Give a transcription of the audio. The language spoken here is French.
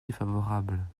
défavorable